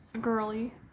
Girly